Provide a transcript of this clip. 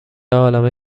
عالمه